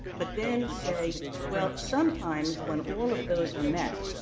but then say, well, sometimes when all of those are met,